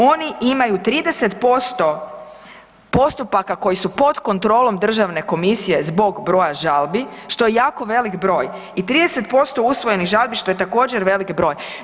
Oni imaju 30% postupaka koji su pod kontrolom državne komisije zbog broja žalbi, što je jako veliki broj i 30% usvojenih žalbi, što je također velik broj.